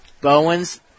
Bowens